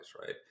right